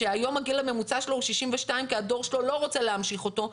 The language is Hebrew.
שהיום הגיל הממוצע שלו הוא 62 כי הדור שלו לא רוצה להמשיך אותו.